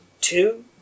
two